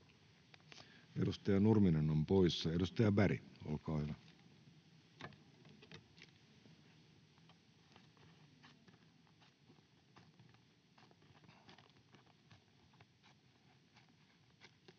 Edustaja Nurminen on poissa. — Edustaja Berg, olkaa hyvä.